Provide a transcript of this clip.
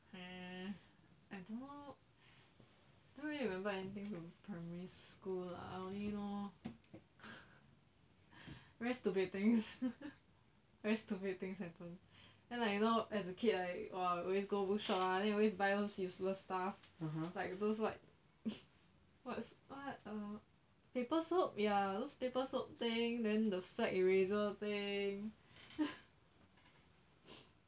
mm I don't know I don't really remember anything to primary school lah I only know very stupid things very stupid things I do then like you know as a kid I !wah! always go bookshop ah then always buy those useless stuff like those like what what ah paper soap ya those paper soap thing then the flag eraser thing